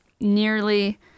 nearly